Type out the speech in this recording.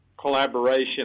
collaboration